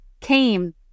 came